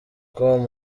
com